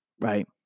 right